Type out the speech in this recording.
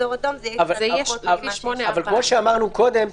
באזור אדום זה יהיה קצת פחות ממה ש- -- אבל כמו שאמרנו קודם,